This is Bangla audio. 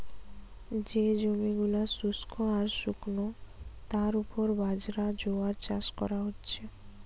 যে জমি গুলা শুস্ক আর শুকনো তার উপর বাজরা, জোয়ার চাষ কোরা হচ্ছে